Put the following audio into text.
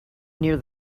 near